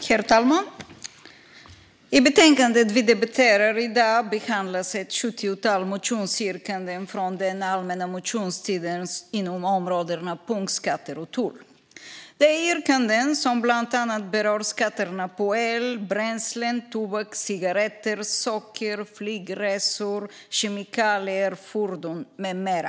Herr talman! I betänkandet vi debatterar i dag behandlas ett sjuttiotal motionsyrkanden från den allmänna motionstiden inom områdena punktskatter och tull. Det är yrkanden som berör skatterna på el, bränslen, tobak, cigaretter, socker, flygresor, kemikalier, fordon med mera.